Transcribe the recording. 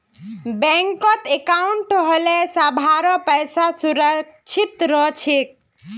बैंकत अंकाउट होले सभारो पैसा सुरक्षित रह छेक